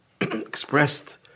expressed